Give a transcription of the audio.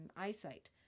eyesight